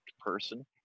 person